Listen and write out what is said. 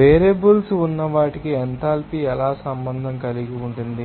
variables ఉన్న వాటికి enthalpy ఎలా సంబంధం కలిగి ఉంటుంది